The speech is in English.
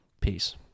Peace